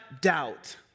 doubt